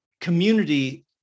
community